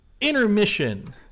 intermission